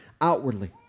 outwardly